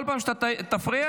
כל פעם שאתה תפריע,